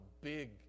big